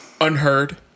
unheard